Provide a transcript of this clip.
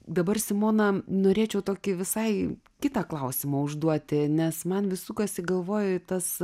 dabar simona norėčiau tokį visai kitą klausimą užduoti nes man vis sukasi galvoj tas